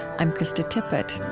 i'm krista tippett